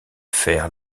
faire